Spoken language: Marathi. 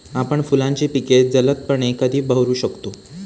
आपण फुलांची पिके जलदपणे कधी बहरू शकतो?